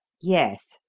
yes.